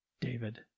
David